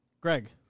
Greg